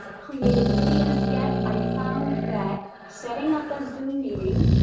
created videos yet, i found that setting up a zoom meeting,